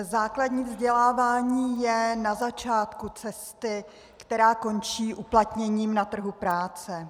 Základní vzdělávání je na začátku cesty, která končí uplatněním na trhu práce.